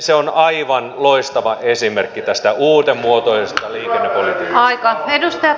se on aivan loistava esimerkki tästä uudenmuotoisesta liikennepolitiikasta